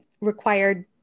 required